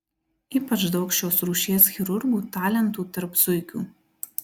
ypač daug šios rūšies chirurgų talentų tarp zuikių